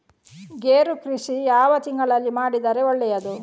ಗೇರು ಕೃಷಿ ಯಾವ ತಿಂಗಳಲ್ಲಿ ಮಾಡಿದರೆ ಒಳ್ಳೆಯದು?